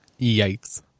Yikes